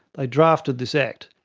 they drafted this act,